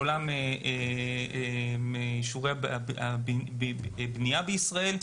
בעולם אישורי תכנון ובניה בישראל.